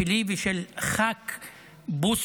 היא שלי ושל ח"כ בוסו,